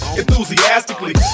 enthusiastically